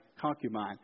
concubine